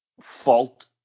fault